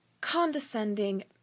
condescending